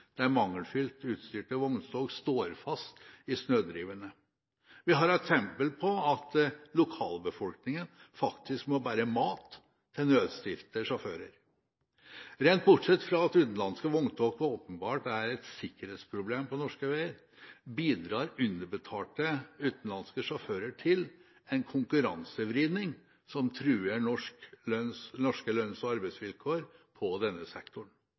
utstyrte vogntog står fast i snødrivene. Vi har eksempler på at lokalbefolkningen faktisk må bære mat til nødstilte sjåfører. Rent bortsett fra at utenlandske vogntog åpenbart er et sikkerhetsproblem på norske veier, bidrar underbetalte utenlandske sjåfører til en konkurransevridning som truer norske lønns- og arbeidsvilkår i denne sektoren.